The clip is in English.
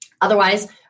Otherwise